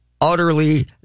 utterly